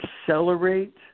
accelerate